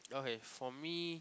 okay for me